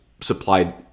supplied